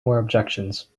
objections